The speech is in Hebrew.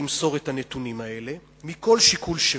למסור את הנתונים האלה מכל שיקול שהוא,